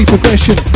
Progression